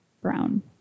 brown